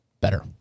better